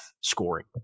scoring